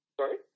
Sorry